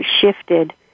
shifted